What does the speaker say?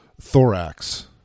thorax